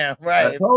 right